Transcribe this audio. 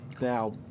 now